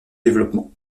développement